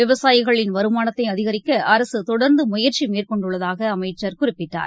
விவசாயிகளின் வருமானத்தைஅதிகரிக்கஅரசுதொடர்ந்துமுயற்சிமேற்கொண்டுள்ளதாகஅமைச்சர் குறிப்பிட்டார்